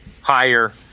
higher